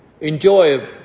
enjoy